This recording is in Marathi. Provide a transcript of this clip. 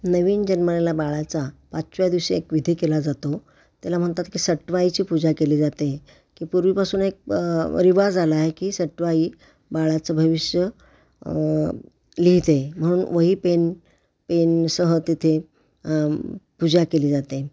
नवीन जन्मलेल्या बाळाचा पाचव्या दिवशी एक विधी केला जातो त्याला म्हणतात की सटवाईची पूजा केली जाते की पूर्वीपासून एक रिवाज आला आहे की सटवाई बाळाचं भविष्य लिहिते म्हणून वही पेन पेनसह तिथे पूजा केली जाते